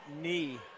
knee